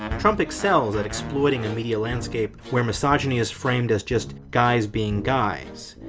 trump excels at exploiting a media landscape where misogyny is framed as just guys being guys.